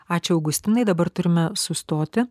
ačiū augustinai dabar turime sustoti